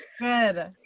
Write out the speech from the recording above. good